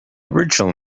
original